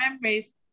memories